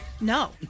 no